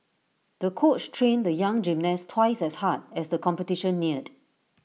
the coach trained the young gymnast twice as hard as the competition neared